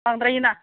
बांद्रायोना